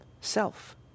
Self